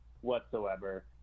whatsoever